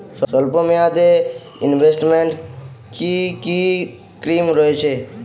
স্বল্পমেয়াদে এ ইনভেস্টমেন্ট কি কী স্কীম রয়েছে?